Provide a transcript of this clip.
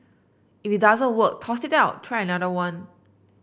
if it doesn't work toss it out try another one